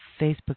Facebook